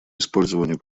использованию